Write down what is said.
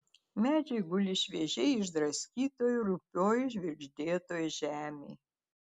medžiai guli šviežiai išdraskytoj rupioj žvirgždėtoj žemėj